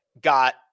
got